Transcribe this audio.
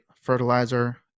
fertilizer